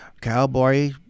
cowboy